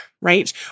right